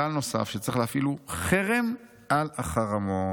"כלל נוסף שצריך להפעיל הוא חרם על החרמות".